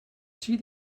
see